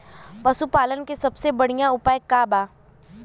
पशु पालन के सबसे बढ़ियां उपाय का बा?